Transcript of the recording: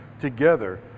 together